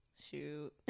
shoot